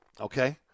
okay